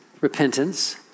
repentance